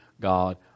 God